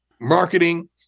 marketing